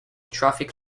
traffic